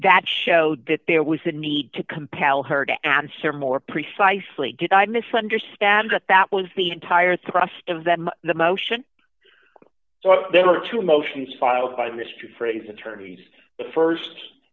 that showed that there was a need to compel her to answer more precisely did i misunderstand that that was the entire thrust of them the motion so there are two motions filed by mr freeze attorneys